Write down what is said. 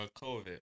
COVID